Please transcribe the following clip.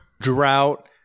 drought